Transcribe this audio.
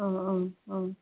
অঁ অঁ